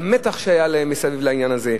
במתח שהיה להם סביב העניין הזה.